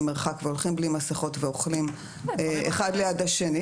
מרחק והולכים בלי מסכות ואוכלים אחד ליד השני,